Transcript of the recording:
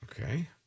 Okay